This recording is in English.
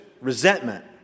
resentment